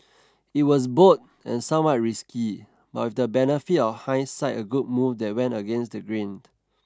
it was bold and somewhat risky but with the benefit of hindsight a good move that went against the grain